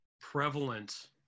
prevalent